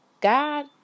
God